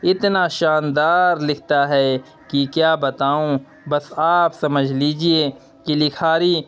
اتنا شاندار لکھتا ہے کہ کیا بتاؤں بس آپ سمجھ لیجیے کہ لکھاری